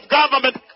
government